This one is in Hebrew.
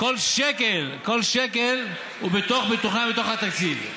כל שקל מתוכנן בתוך התקציב.